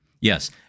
Yes